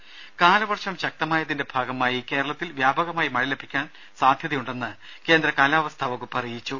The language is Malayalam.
രുദ കാലവർഷം ശക്തമായതിന്റെ ഭാഗമായി കേരളത്തിൽ വ്യാപകമായി മഴ ലഭിക്കാൻ സാധ്യതയുണ്ടെന്ന് കേന്ദ്ര കാലാവസ്ഥാ വകുപ്പ് അറിയിച്ചു